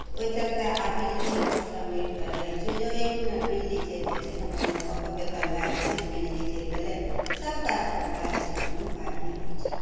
तऽ ओहि चलिते आब बिजलिएपर सब निरभर रहै छै जँ एक मिनट बिजली चलि जाइ छै तऽ मोन लोकके बेकल भऽ जाइ छै जे बिजली चलि गेलै सब काज ठप भऽ जाइ छै कोनो काज नहि होइ छै